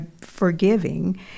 forgiving